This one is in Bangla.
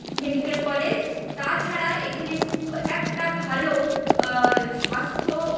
মেডিকেল কলেজ তাছাড়া এখানে খুব একটা ভালো স্বাস্থ্য